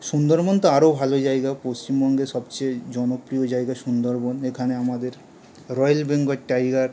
সুন্দরবন তো আরও ভালো জায়গা পশ্চিমবঙ্গের সবচেয়ে জনপ্রিয় জায়গা সুন্দরবন এখানে আমাদের রয়্যাল বেঙ্গল টাইগার